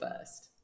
first